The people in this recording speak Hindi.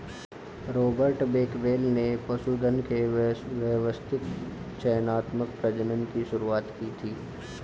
रॉबर्ट बेकवेल ने पशुधन के व्यवस्थित चयनात्मक प्रजनन की शुरुआत की थी